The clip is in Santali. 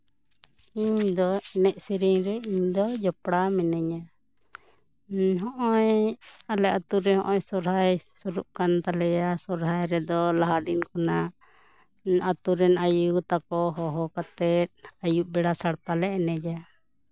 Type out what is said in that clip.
ᱤᱧ ᱫᱚ ᱮᱱᱮᱡ ᱥᱮᱨᱮᱧ ᱨᱮ ᱤᱧ ᱫᱚ ᱡᱚᱯᱲᱟᱣ ᱢᱤᱱᱟᱹᱧᱟ ᱦᱚᱜ ᱚᱭ ᱟᱞᱮ ᱟᱛᱳᱨᱮ ᱱᱚᱜᱼᱚᱭ ᱥᱚᱦᱨᱟᱭ ᱥᱩᱨᱩᱜ ᱠᱟᱱ ᱛᱟᱞᱮᱭᱟ ᱥᱚᱦᱨᱟᱭ ᱨᱮᱫᱚ ᱞᱟᱦᱟ ᱫᱤᱱ ᱠᱷᱚᱱᱟᱜ ᱟᱛᱳ ᱨᱮᱱ ᱟᱭᱩ ᱛᱟᱠᱚ ᱦᱚᱦᱚ ᱠᱟᱛᱮᱜ ᱟᱭᱩᱵ ᱵᱮᱲᱟ ᱥᱟᱲᱯᱟ ᱞᱮ ᱮᱱᱮᱡᱟ